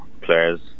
players